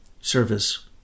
service